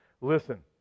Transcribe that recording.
Listen